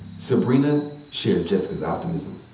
sybrina shares jessica's optimism.